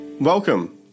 Welcome